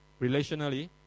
relationally